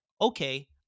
okay